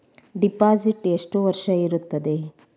Deposit ಎಷ್ಟು ವರ್ಷ ಇರುತ್ತದೆ?